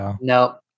Nope